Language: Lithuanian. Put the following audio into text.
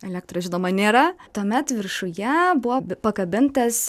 elektros žinoma nėra tuomet viršuje buvo pakabintas